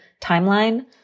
timeline